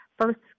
first